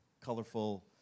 colorful